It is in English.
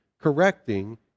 correcting